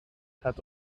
het